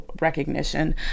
recognition